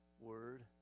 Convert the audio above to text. word